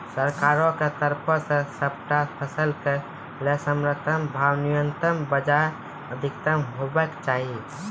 सरकारक तरफ सॅ सबटा फसलक लेल समर्थन भाव न्यूनतमक बजाय अधिकतम हेवाक चाही?